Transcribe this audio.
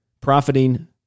Profiting